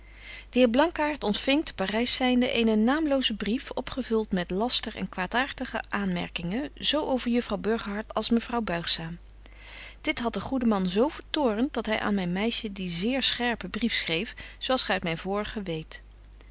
de heer blankaart ontfing te parys zynde eenen naamlozen brief opgevult met laster en kwaadaartige aanmerkingen zo over juffrouw burgerhart als mevrouw buigzaam dit hadt den goeden man zo vertoornt dat hy aan myn meisje dien zeer scherpen brief schreef zo als gy uit myn vorigen weet